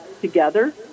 together